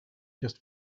just